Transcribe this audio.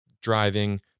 driving